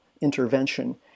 intervention